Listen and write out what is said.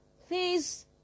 Please